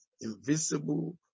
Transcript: invisible